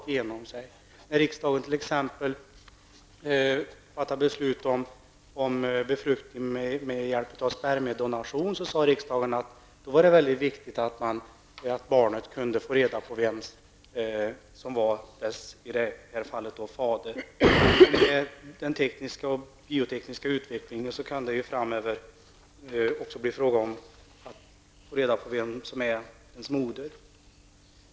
T.ex. när riksdagen fattade beslut om befruktning med hjälp av spermiedonation uttalade riksdagen att det var viktigt att barnet kunde få reda på vem som var dess fader. I och med den tekniska och biotekniska utvecklingen kan det framöver också bli fråga om att få reda på vem som är barnets moder.